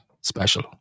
special